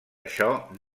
això